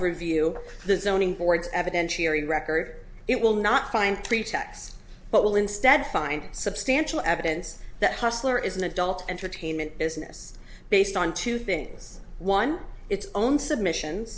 review the zoning boards evidentiary record it will not find three checks but will instead find substantial evidence that hostler is an adult entertainment business based on two things one its own submissions